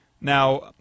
Now